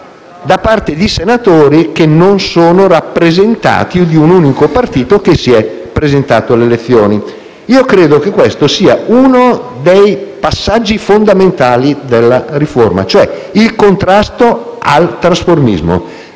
da parte di senatori che non sono rappresentanti di un unico partito che si è presentato alle elezioni. Io credo che questo sia uno dei passaggi fondamentali della riforma. Mi riferisco, cioè, al contrasto al trasformismo,